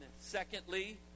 Secondly